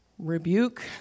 rebuke